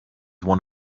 one